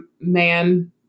man